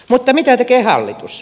mutta mitä tekee hallitus